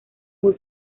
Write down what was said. muy